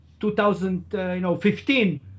2015